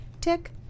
Tick